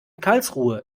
karlsruhe